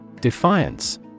Defiance